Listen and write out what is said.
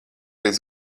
līdz